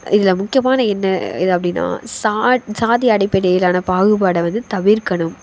இதில் முக்கியமான என்ன இது அப்படின்னா சா சாதி அடிப்படையிலான பாகுபாடை வந்து தவிர்க்கணும்